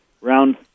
round